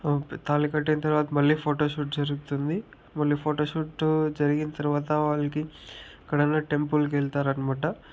తాళి కట్టిన్ తర్వాత మళ్ళీ ఫోటోషూట్ జరుగుతుంది మళ్ళీ ఫోటోషూట్ జరిగిన తర్వాత వాళ్ళకి అక్కడున్నా టెంపుల్కి వెళ్తారనమాట